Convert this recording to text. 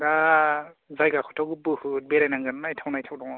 दा जायगाखौथ' बहुथ बेरायनांगोन नायथाव नायथाव दङ